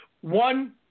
One